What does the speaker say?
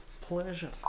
Pleasure